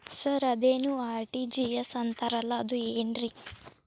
Sir ಅದೇನು RTGS ಅಂತಾರಲಾ ಅದು ಏನ್ರಿ?